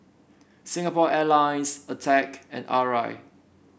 Singapore Airlines Attack and Arai